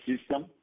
system